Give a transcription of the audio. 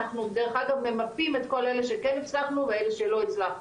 אנחנו דרך אגב ממפים את כל אלה שכן הצלחנו ואלה שלא הצלחנו.